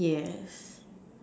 yes